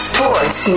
Sports